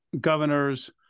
governors